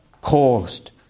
caused